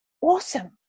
Awesome